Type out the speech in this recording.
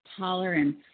tolerance